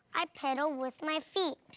i pedal with my feet.